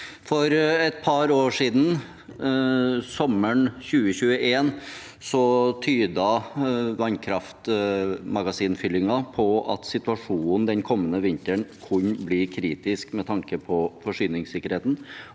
For et par år siden, sommeren 2021, tydet vannkraftmagasinfyllingen på at situasjonen den kommende vinteren kunne bli kritisk med tanke på forsyningssikkerheten.